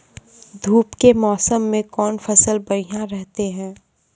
धूप के मौसम मे कौन फसल बढ़िया रहतै हैं?